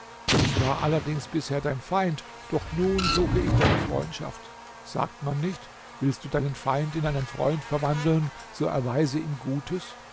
ich war allerdings bisher dein feind doch nun suche ich deine freundschaft sagt man nicht willst du deinen feind in einen freund verwandeln so erweise ihm gutes